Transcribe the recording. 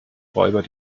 räuber